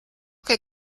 che